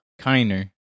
Kiner